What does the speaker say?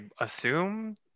assume